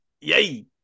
Yay